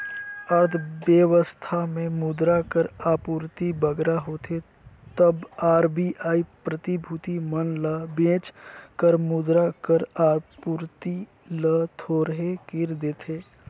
अर्थबेवस्था में मुद्रा कर आपूरति बगरा होथे तब आर.बी.आई प्रतिभूति मन ल बेंच कर मुद्रा कर आपूरति ल थोरहें कइर देथे